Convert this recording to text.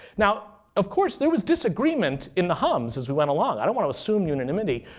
now of course, there was disagreement in the hums as we went along. i don't want to assume unanimity.